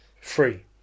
Free